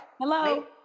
Hello